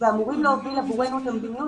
ואמורים להוביל עבורנו את המדיניות,